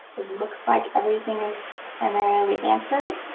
it looks like everything is primarily answered.